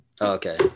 Okay